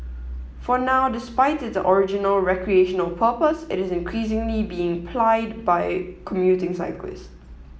for now despite its original recreational purpose it is increasingly being plied by commuting cyclists